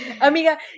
Amiga